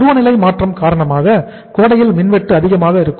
பருவநிலை மாற்றம் காரணமாக கோடையில் மின்வெட்டு அதிகமாக இருக்கும்